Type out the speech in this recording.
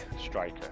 striker